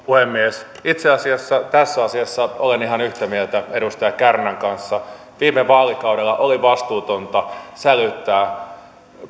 puhemies itse asiassa tässä asiassa olen ihan yhtä mieltä edustaja kärnän kanssa viime vaalikaudella oli vastuutonta sälyttää